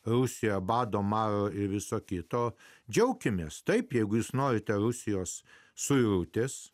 rusiją bado maro ir viso kito džiaukimės taip jeigu jūs norite rusijos suirutė